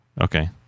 Okay